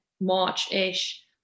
March-ish